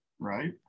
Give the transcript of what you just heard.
right